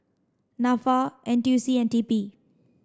NAFA N T U C and T P